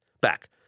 back